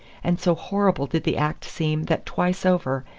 and so horrible did the act seem that twice over,